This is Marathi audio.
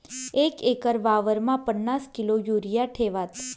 एक एकर वावरमा पन्नास किलो युरिया ठेवात